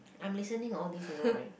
I'm listening all this you know right